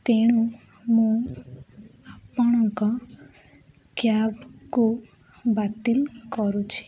ତେଣୁ ମୁଁ ଆପଣଙ୍କ କ୍ୟାବ୍କୁ ବାତିଲ କରୁଛି